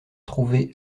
trouver